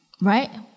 right